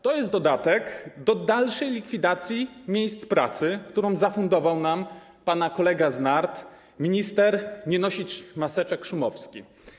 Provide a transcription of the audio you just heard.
To jest dodatek do dalszej likwidacji miejsc pracy, którą zafundował nam pana kolega z nart - minister „nie nosić maseczek” Szumowski.